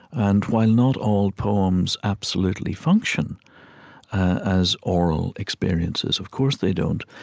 and while not all poems absolutely function as aural experiences of course they don't,